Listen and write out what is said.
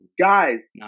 Guys